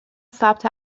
ثبت